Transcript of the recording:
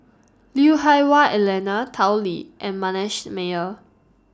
Lui Hah Wah Elena Tao Li and Manasseh Meyer